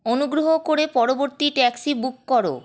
অনুগ্রহ করে পরবর্তী ট্যাক্সি বুক কর